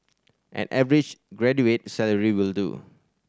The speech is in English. an average graduate's salary will do